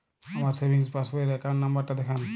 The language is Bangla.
আমার সেভিংস পাসবই র অ্যাকাউন্ট নাম্বার টা দেখান?